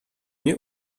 nie